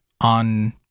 on